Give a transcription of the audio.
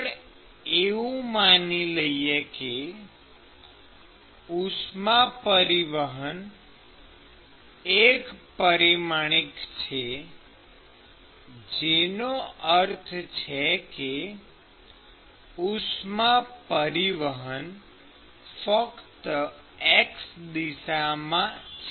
આગળ એવું માની લઈએ કે ઉષ્મા પરિવહન એક પરિમાણિક છે જેનો અર્થ છે કે ઉષ્મા પરિવહન ફક્ત x દિશામાં છે